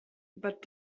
but